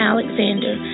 Alexander